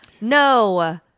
No